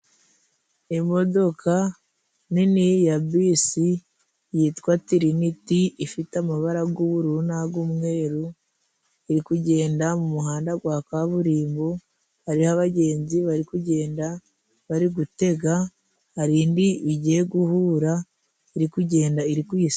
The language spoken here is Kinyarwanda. Imodoka nini ya bisi yitwa Tiriniti, ifite amabara g'ubururu ru n'ag'umweru, iri kugenda mu muhanda gwa kaburimbo. Hariho abagenzi bari kugenda bari gutega, hari indi bigiye guhura iri kugenda iri kuyisanga